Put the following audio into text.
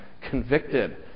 convicted